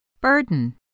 Burden